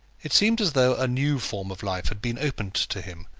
it seemed as though a new form of life had been opened to him,